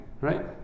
right